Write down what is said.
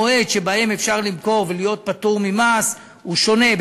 המועד שבו אפשר למכור ולהיות פטור ממס הוא שונה.